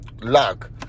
luck